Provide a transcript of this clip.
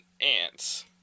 Ants